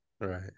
right